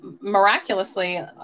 miraculously